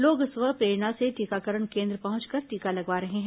लोग स्व प्रेरणा से टीकाकरण केन्द्र पहंचकर टीका लगवा रहे हैं